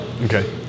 Okay